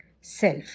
self